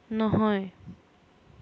নহয়